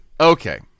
Okay